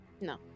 No